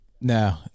No